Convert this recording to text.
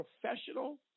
professional